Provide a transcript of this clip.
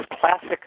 classic